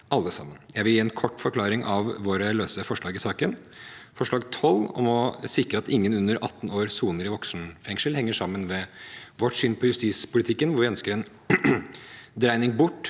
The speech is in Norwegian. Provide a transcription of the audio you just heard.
alle støtter. Jeg vil gi en kort forklaring på de løse forslagene våre i saken. Forslag nr. 12, om å sikre at ingen under 18 år soner i voksenfengsel, henger sammen med vårt syn på justispolitikken, hvor vi ønsker en dreining bort